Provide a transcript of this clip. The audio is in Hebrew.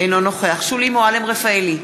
אינו נוכח שולי מועלם-רפאלי,